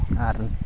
ᱟᱨ